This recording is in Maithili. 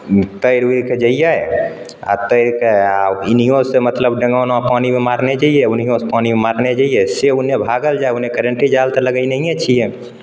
तैर उरिके जइयै आ तैरके आ इनहियो से मतलब डेंगोना पानिमे मारने जइयै ओनेहियो से पानिमे मारने जइयै से उन्ने भागल जाय उन्ने करेंटी जाल तऽ लगेने छियै